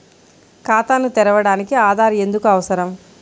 ఖాతాను తెరవడానికి ఆధార్ ఎందుకు అవసరం?